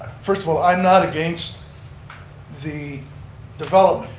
first of all, i'm not against the development,